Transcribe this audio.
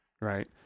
right